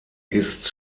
ist